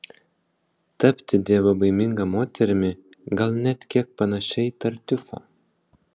tapti dievobaiminga moterimi gal net kiek panašia į tartiufą